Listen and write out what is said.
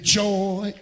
joy